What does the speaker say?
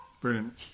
Brilliant